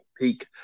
peak